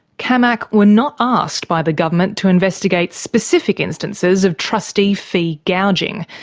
camac were not asked by the government to investigate specific instances of trustee fee gouging,